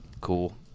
Cool